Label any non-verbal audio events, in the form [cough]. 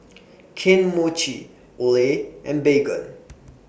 [noise] Kane Mochi Olay and Baygon [noise]